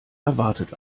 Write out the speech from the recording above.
erwartet